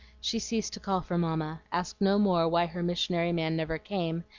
she ceased to call for mamma, asked no more why her missionary man never came,